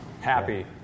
happy